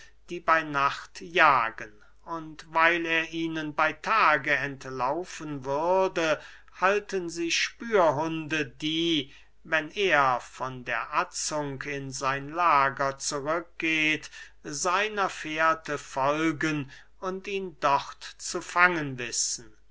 die bey nacht jagen und weil er ihnen bey tage entlaufen würde halten sie sich spürhunde die wenn er von der atzung in sein lager zurück geht seiner fährte folgen und ihn dort zu fangen wissen